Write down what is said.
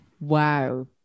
wow